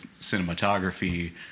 cinematography